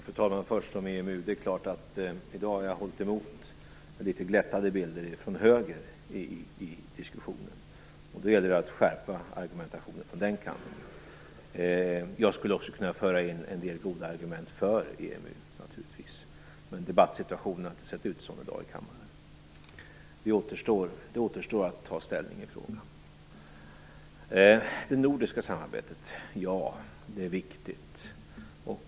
Fru talman! Först om EMU: Det är klart att jag har hållit emot den litet glättade bilden från höger i diskussionen i dag. Då gäller det att skärpa argumentationen från den kanten. Jag skulle naturligtvis också kunna föra in en del goda argument för EU, men debattsituationen har inte sett sådan ut i kammaren i dag. Det återstår att ta ställning i fråga. Det nordiska samarbetet är viktigt.